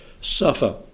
suffer